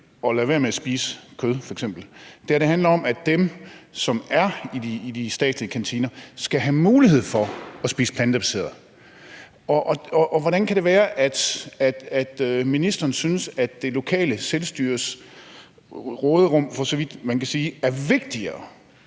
at lade være med at spise kød. Det her handler om, at dem, som er i de statslige kantiner, skal have mulighed for at spise plantebaseret. Hvordan kan det være, at ministeren synes, at det lokale selvstyres råderum er vigtigere